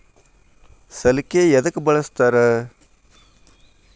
ಸಲಿಕೆ ಯದಕ್ ಬಳಸ್ತಾರ?